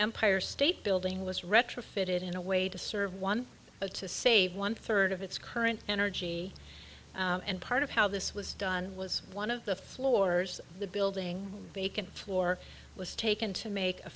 empire state building was retrofitted in a way to serve one to save one third of its current energy and part of how this was done was one of the floors the building vacant floor was taken to make a